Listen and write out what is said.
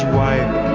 wife